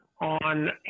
on